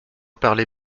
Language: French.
parlez